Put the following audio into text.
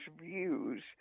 views